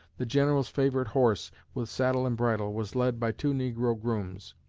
the general's favorite horse, with saddle and bridle, was led by two negro grooms.